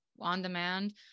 on-demand